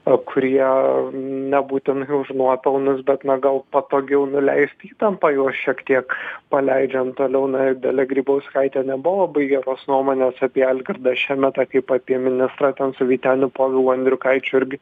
o kurie nebūtinai už nuopelnus bet na gal patogiau nuleisti įtampą juos šiek tiek paleidžiam toliau na dalia grybauskaitė nebuvo labai geros nuomonės apie algirdą šemetą kaip apie ministrą ten su vyteniu povilu andriukaičiu irgi